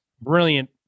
brilliant